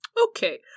Okay